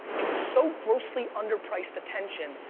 it was so grossly under-priced attention,